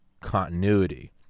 continuity